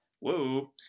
whoa